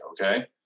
Okay